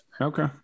Okay